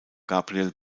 gabriel